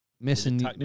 Missing